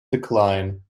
decline